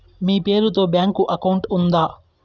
మీ పేరు తో bank account ఉందా?